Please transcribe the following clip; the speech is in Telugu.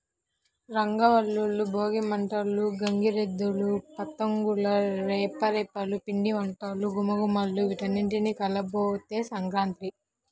రంగవల్లులు, భోగి మంటలు, గంగిరెద్దులు, పతంగుల రెపరెపలు, పిండివంటల ఘుమఘుమలు వీటన్నింటి కలబోతే సంక్రాంతి